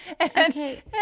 Okay